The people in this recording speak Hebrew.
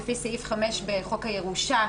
לפי סעיף 5 בחוק הירושה,